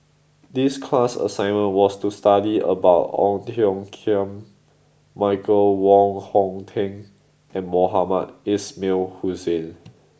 this class assignment was to study about Ong Tiong Khiam Michael Wong Hong Teng and Mohamed Ismail Hussain